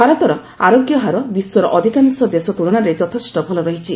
ଭାରତର ଆରୋଗ୍ୟହାର ବିଶ୍ୱର ଅଧିକାଂଶ ଦେଶ ତୁଳନାରେ ଯଥେଷ୍ଟ ଭଲ ରହିଛି